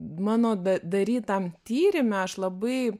mano darytam tyrime aš labai